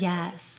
Yes